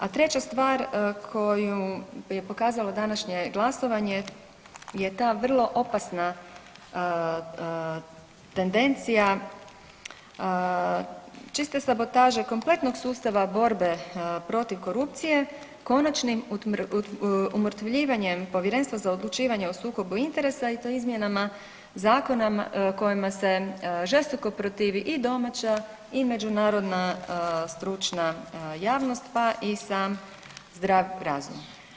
A treća stvar koju je pokazalo današnje glasovanje je ta vrlo opasna tendencija čista sabotaža kompletnog sustava borbe protiv korupcije konačnim umrtvivljanjem Povjerenstva za odlučivanje o sukobu interesa i to izmjenama zakona kojima se žesto protivi i domaća i međunarodna stručna javnost pa i sami zdrav razum.